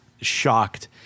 shocked